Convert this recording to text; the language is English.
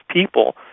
people